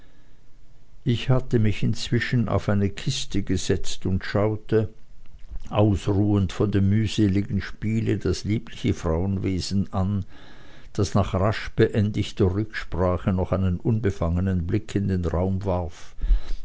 ich hatte mich inzwischen auf eine kiste gesetzt und schaute ausruhend von dem mühseligen spiele das liebliche frauenwesen an das nach rasch beendigter rücksprache noch einen unbefangenen blick in den raum warf